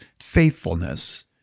faithfulness